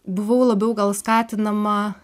buvau labiau gal skatinama